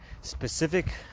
specific